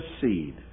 seed